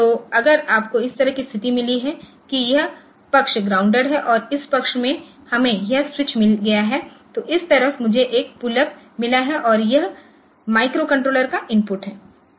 तो अगर आपको इस तरह की स्थिति मिली है कि यह पक्ष ग्राउंडेड है और इस पक्ष में हमें यह स्विच मिल गया है और इस तरफ मुझे एक पुल अप मिला है और यह माइक्रोकंट्रोलर का इनपुट है